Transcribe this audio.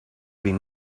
been